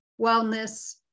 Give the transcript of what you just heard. Wellness